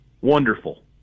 Wonderful